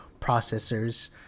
processors